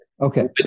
Okay